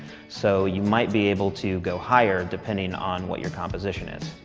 so you might be able to go higher, depending on what your composition is.